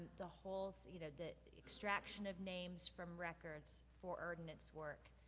the whole, so you know the extraction of names from records for ordinance work.